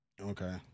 Okay